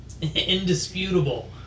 indisputable